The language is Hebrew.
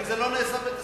אם זה לא נעשה בבית-הספר,